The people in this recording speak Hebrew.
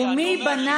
כה חזק ואיתן